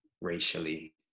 racially